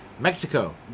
Mexico